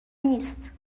نیست